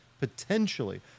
potentially